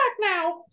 now